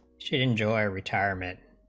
should enjoy retirement,